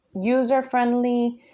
user-friendly